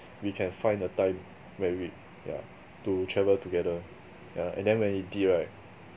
we can find the time where we yeah to travel together yeah and then when we did right